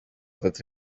tatu